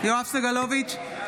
סגלוביץ'